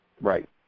right